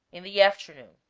in the afternoon